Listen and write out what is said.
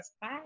Bye